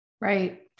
right